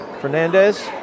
Fernandez